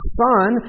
son